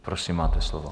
Prosím, máte slovo.